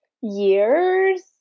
years